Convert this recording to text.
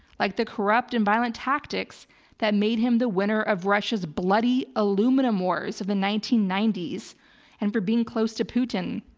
like the corrupt and violent tactics that made him the winner of russia's bloody aluminum wars of the nineteen ninety s and for being close to putin.